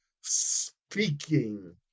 speaking